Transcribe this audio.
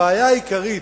הבעיה העיקרית,